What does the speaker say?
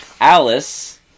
Alice